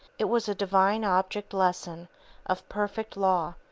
it was a divine object lesson of perfect law,